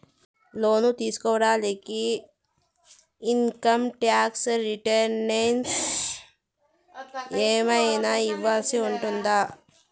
లోను తీసుకోడానికి income tax returns ఏమన్నా ఇవ్వాల్సి ఉంటుందా